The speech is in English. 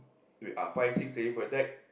we ah five six twenty eight